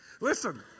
Listen